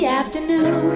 afternoon